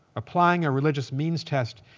applying a religious means test,